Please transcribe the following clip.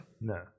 No